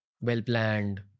Well-planned